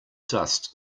dust